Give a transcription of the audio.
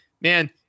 Man